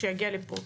שיגיע לפה.